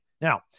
Now